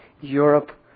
Europe